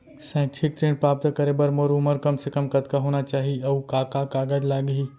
शैक्षिक ऋण प्राप्त करे बर मोर उमर कम से कम कतका होना चाहि, अऊ का का कागज लागही?